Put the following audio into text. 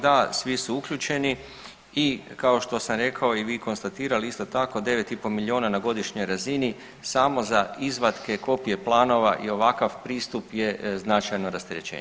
Da, svi su uključeni i kao što sam rekao i vi konstatirali isto tako 9,5 milijuna na godišnjoj razini samo za izvatke, kopije planova i ovakav pristup je značajno rasterećenje.